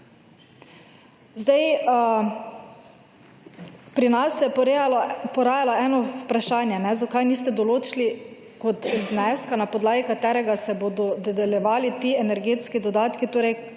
Pri nas se je porajalo eno vprašanje: Zakaj niste določili kot zneska, na podlagi katerega se bodo dodeljevali te energetski dodatki torej